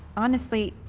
honestly.